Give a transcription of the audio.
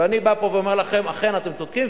ואני בא ואומר לכם פה: אכן אתם צודקים,